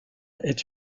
est